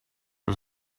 was